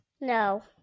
No